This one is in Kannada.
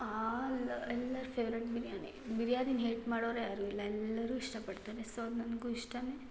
ಆಲ್ ಎಲ್ಲರ ಫೇವ್ರೆಟ್ ಬಿರ್ಯಾನಿ ಬಿರ್ಯಾನಿನ ಹೇಟ್ ಮಾಡೋರು ಯಾರೂ ಇಲ್ಲ ಎಲ್ಲರೂ ಇಷ್ಟಪಡ್ತಾರೆ ಸೊ ನನಗೂ ಇಷ್ಟವೇ